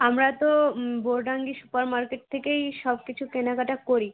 আমরা তো বোর ডান্ডি সুপার মার্কেট থেকেই সব কিছু কেনাকাটা করি